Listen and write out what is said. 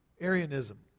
Arianism